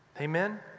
Amen